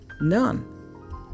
none